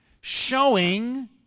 showing